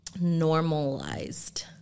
normalized